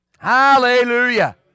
Hallelujah